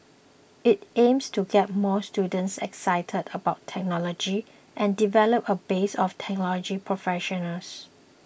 it aims to get more students excited about technology and develop a base of technology professionals